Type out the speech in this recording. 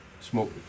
smoke